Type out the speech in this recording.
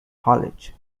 hallett